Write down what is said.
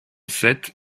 sept